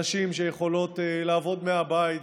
נשים שיכולות לעבוד מהבית,